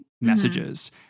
messages